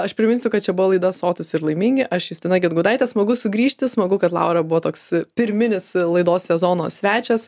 aš priminsiu kad čia buvo laida sotūs ir laimingi aš justina gedgaudaitė smagu sugrįžti smagu kad laura buvo toks pirminis laidos sezono svečias